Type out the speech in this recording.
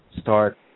start